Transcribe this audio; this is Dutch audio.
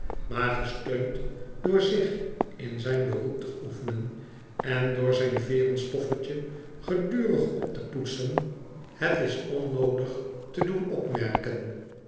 maar gesteund door zich in zijn beroep te oefenen en door zijn veeren stoffer tje gedurig op te poetsen t is onnoodig te doen opmerken